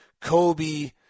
Kobe